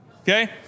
Okay